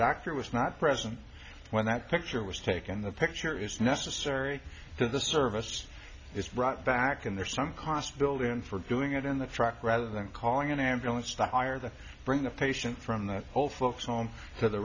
doctor was not present when that picture was taken the picture is necessary that the service is brought back in there some cost built in for doing it in the truck rather than calling an ambulance the higher the bring the patient from the old folks home to the